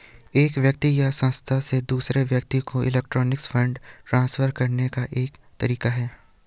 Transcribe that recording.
एक व्यक्ति या संस्था से दूसरे व्यक्ति को इलेक्ट्रॉनिक फ़ंड ट्रांसफ़र करने का एक तरीका है